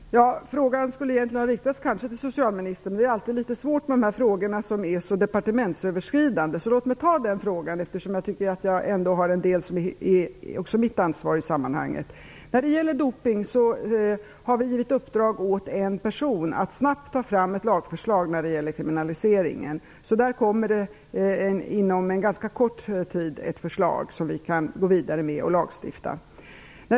Herr talman! Frågan skulle kanske egentligen har riktats till socialministern. Det är alltid litet svårt med dessa frågor som är departementsöverskridande. Låt mig därför besvara frågan, eftersom jag har en del som är mitt ansvar i sammanhanget. När det gäller dopning har regeringen givit uppdrag åt en person att snabbt ta fram ett lagförslag när det gäller kriminaliseringen. Där kommer inom en ganska kort tid ett förslag som vi kan gå vidare med och lagstifta.